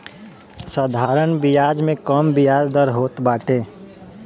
साधारण बियाज में कम बियाज दर होत बाटे